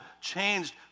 changed